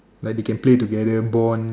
like they can play together bond